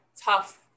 tough